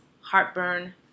heartburn